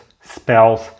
spells